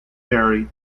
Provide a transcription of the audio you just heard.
barrie